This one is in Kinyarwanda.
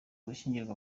gushyingirwa